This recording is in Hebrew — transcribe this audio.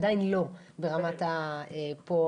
עדיין לא פה בארץ.